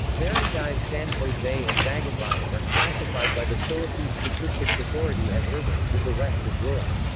barangays san jose and bagumbayan are classified by the philippine statistics authority as urban, with the rest as rural.